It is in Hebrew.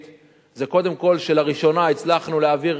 זה קודם כול שלראשונה הצלחנו להעביר